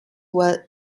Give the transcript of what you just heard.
were